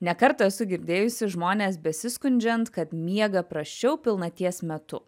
ne kartą esu girdėjusi žmones besiskundžiant kad miega prasčiau pilnaties metu